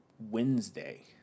Wednesday